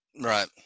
Right